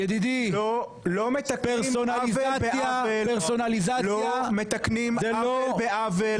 ידידי, פרסונליזציה זה לא לא מתקנים עוול בעוול.